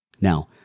Now